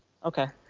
okay,